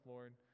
Lord